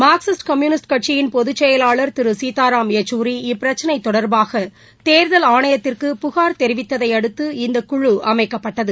Marxist Communist கட்சியின் பொதுச்செயலாளர் திரு சீத்தாராம் யெச்சூரி இப்பிரச்சினை தொடர்பாக தேர்தல் ஆணையத்திற்கு புகார் தெரிவித்ததையடுத்து இந்தக்குழு அமைக்கப்பட்டது